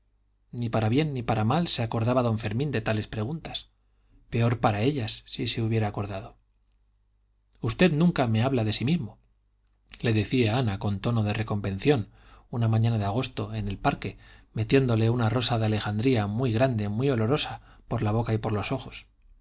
ni para bien ni para mal se acordaba don fermín de tales preguntas peor para ellas si se hubiera acordado usted nunca me habla de sí mismo le decía ana con tono de reconvención una mañana de agosto en el parque metiéndole una rosa de alejandría muy grande muy olorosa por la boca y por los ojos